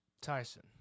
Tyson